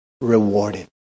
rewarded